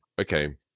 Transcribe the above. okay